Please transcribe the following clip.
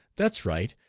that's right!